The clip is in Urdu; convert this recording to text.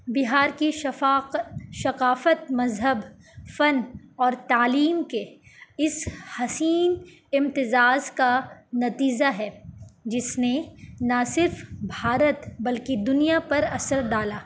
بہار کی شفاق ثقافت مذہب فن اور تعلیم کے اس حسین امتزاج کا نتیجہ ہے جس نے نہ صرف بھارت بلکہ دنیا پر اثر ڈالا